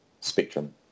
spectrum